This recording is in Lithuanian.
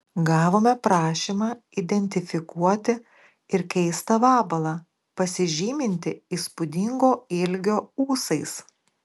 gavome prašymą identifikuoti ir keistą vabalą pasižymintį įspūdingo ilgio ūsais